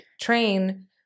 train